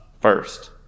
first